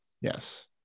Yes